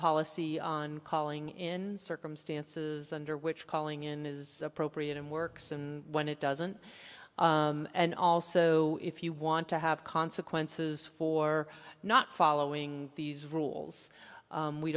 policy on calling in circumstances under which calling in is appropriate and works and when it doesn't and also if you want to have consequences for not following these rules